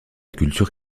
culture